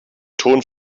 ton